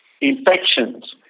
Infections